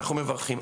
אנחנו מברכים.